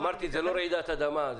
אמרתי שזאת לא רעידת אדמה.